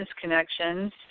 connections